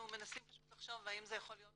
אנחנו פשוט מנסים לחשוב האם זה יכול להיות